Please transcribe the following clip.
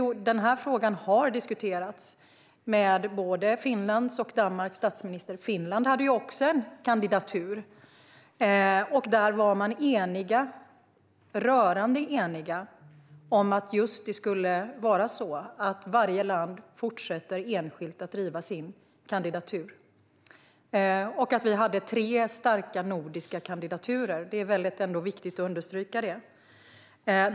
Denna fråga har diskuterats med både Finlands statsminister och Danmarks statsminister. Finland hade också en kandidatur. Det var en rörande enighet om att varje land enskilt skulle fortsätta att driva sin kandidatur. Vi hade tre starka nordiska kandidaturer. Det är viktigt att understryka det.